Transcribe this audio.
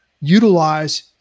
utilize